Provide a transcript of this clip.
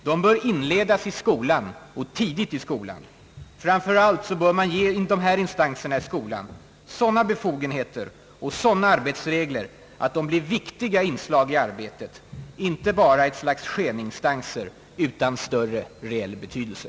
De bör inledas i skolan och tidigt i skolan. Framför allt bör man ge dessa instanser i skolan sådana befogenheter och sådana arbetsregler att de blir viktiga inslag i arbetet — inte bara ett slags skeninstanser utan större reell betydelse.